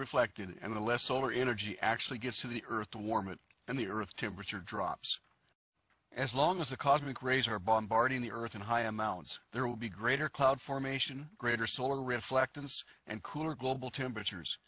reflected and the less solar energy actually gets to the earth to warm it and the earth temperature drops as long as the cosmic rays are bombarding the earth in higher amounts there will be greater cloud formation greater solar reflectance and cooler global temperatures